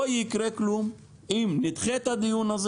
לא יקרה כלום אם נדחה את הדיון הזה